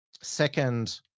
second